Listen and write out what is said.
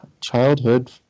childhood